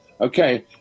okay